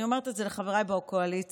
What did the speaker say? אני אומרת את זה לחבריי בקואליציה.